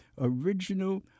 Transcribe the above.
original